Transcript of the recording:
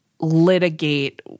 litigate